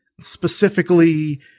specifically